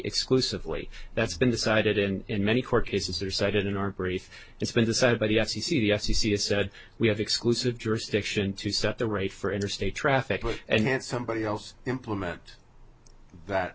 exclusively that's been decided in many court cases are cited in our brief it's been decided by the f c c the f c c has said we have exclusive jurisdiction to set the rate for interstate traffic and that somebody else implement that